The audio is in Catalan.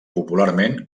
popularment